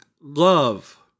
love